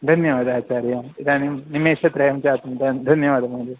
धन्यवादाचार्याम् इदानीं निमेषत्रयं जातं धन्यवादः महोदय